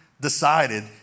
decided